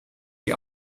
die